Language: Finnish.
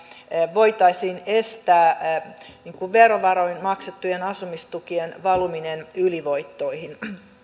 voitaisiin estää verovaroin maksettujen asumistukien valuminen ylivoittoihin